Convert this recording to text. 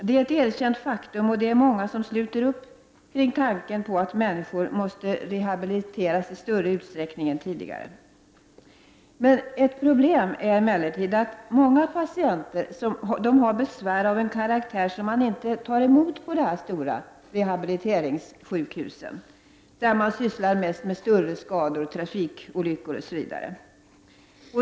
Det är ett erkänt faktum, och det är många som sluter upp kring tanken att människor måste rehabiliteras i större utsträckning än vad som tidigare var fallet. Ett problem är emellertid att många patienter har besvär av en karaktär som man inte tar emot på de stora rehabiliteringsklinikerna, som mest sysslar med större skador på grund av trafikolyckor och liknande.